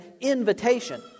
invitation